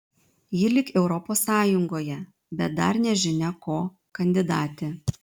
ji lyg europos sąjungoje bet dar nežinia ko kandidatė